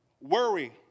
Worry